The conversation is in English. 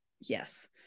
yes